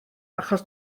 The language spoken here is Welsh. achos